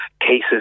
cases